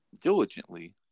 diligently